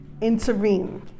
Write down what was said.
intervene